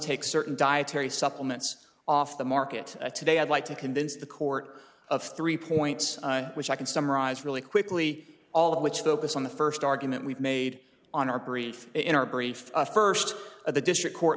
take certain dietary supplements off the market today i'd like to convince the court of three points which i can summarize really quickly all of which focus on the first argument we've made on our brief in our brief first at the district court